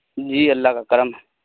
جی اللہ کا کرم ہے